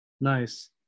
Nice